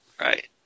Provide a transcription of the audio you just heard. Right